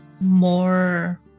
more